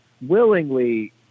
willingly